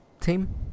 team